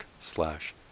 slash